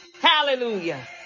Hallelujah